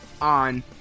on